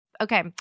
Okay